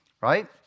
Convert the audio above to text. Right